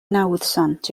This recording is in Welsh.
nawddsant